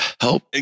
help